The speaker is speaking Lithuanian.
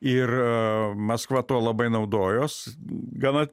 ir maskva tuo labai naudojos gana